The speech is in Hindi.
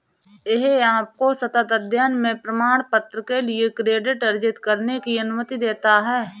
यह आपको सतत अध्ययन में प्रमाणपत्र के लिए क्रेडिट अर्जित करने की अनुमति देता है